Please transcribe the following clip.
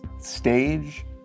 stage